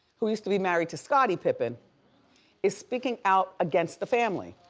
who used to be married to scotty pippin is speaking out against the family.